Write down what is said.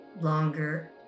longer